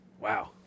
Wow